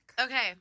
Okay